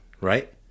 right